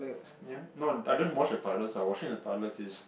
ya no I don't wash the toilets ah washing the toilets is